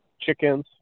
Chickens